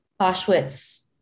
Auschwitz